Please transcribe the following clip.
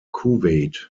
kuwait